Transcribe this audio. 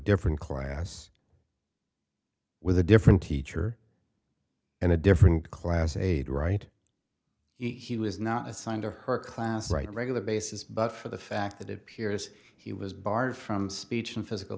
different class with a different teacher and a different class aide right he was not assigned to her class right regular basis but for the fact that it appears he was barred from speech and physical